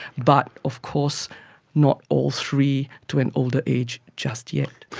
but of course not all three to an older age just yet.